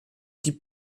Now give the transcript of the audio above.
die